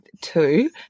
two